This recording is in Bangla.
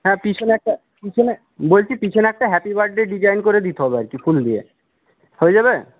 হ্যাঁ পিছনে একটা বলছি পিছনে একটা হ্যাপি বার্থডে ডিজাইন করে দিতে হবে আর কি ফুল দিয়ে হয়ে যাবে